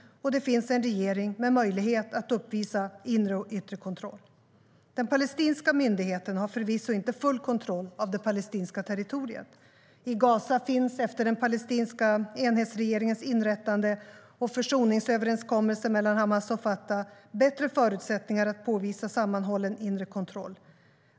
Och det finns en regering med möjlighet att uppvisa inre och yttre kontroll. Den palestinska myndigheten har förvisso inte full kontroll över det palestinska territoriet. I Gaza finns, efter den palestinska enhetsregeringens inrättande och försoningsöverenskommelsen mellan Hamas och Fatah, bättre förutsättningar att påvisa sammanhållen inre kontroll.